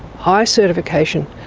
high certification,